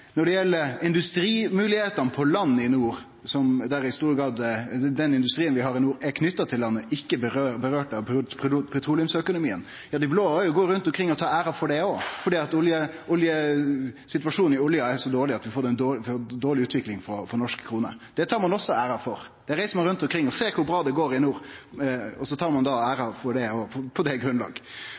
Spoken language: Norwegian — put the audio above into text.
Når det gjeld industrimoglegheitene på land i nord, er den industrien vi har i nord, i stor grad knytt til land og ikkje råka av petroleumsøkonomien. Dei blå går omkring og tar æra for det også! Situasjonen i oljenæringa er så dårleg at ein får ei dårleg utvikling for norsk krone. Det tar ein òg æra for. Ein reiser rundt og seier: Sjå kor bra det går i nord! Og så tar ein æra for det på det